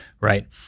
right